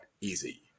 easy